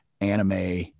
anime